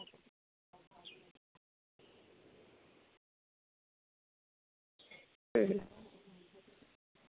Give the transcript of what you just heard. ᱦᱩᱸ ᱦᱩᱸ